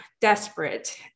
desperate